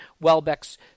Welbeck's